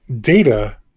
Data